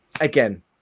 again